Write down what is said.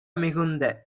மிகுந்த